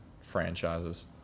franchises